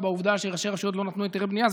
לעובדה שראשי רשויות לא נתנו היתרי בנייה,